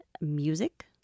music